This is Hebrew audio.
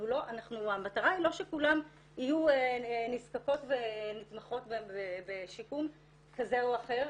המטרה היא לא שכולן יהיו נזקקות ונתמכות ובשיקום כזה או אחר,